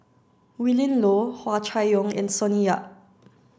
Willin Low Hua Chai Yong and Sonny Yap